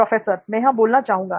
professor मैं यहां बोलना चाहूंगा